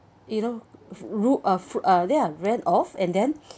you know ro~ uh fo~ uh then I ran off and then